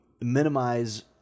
minimize